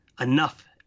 enough